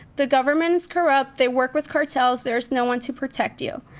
the government's corrupt, they work with cartels, there's no one to protect you.